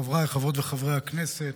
חבריי חברות וחברי הכנסת,